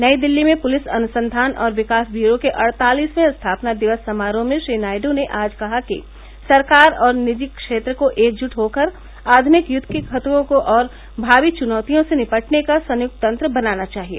नई दिल्ली में पुलिस अनुसंघान और विकास ब्यूरो के अड़तालिसवे स्थापना दिवस समारोह में श्री नायडू ने आज कहा कि सरकार और निजी क्षेत्र को एकजुट होकर आधुनिक युद्द के खतरों और भाषी चुनौतियों से निपटने का संयुक्त तंत्र बनाना चाहिए